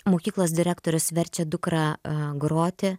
mokyklos direktorius verčia dukrą groti